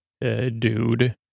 dude